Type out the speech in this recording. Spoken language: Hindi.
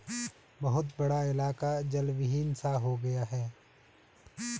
बहुत बड़ा इलाका जलविहीन सा हो गया है